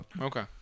Okay